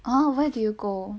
oh where did you go